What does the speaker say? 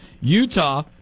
utah